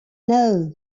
know